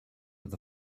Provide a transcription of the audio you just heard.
with